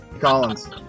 collins